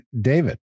David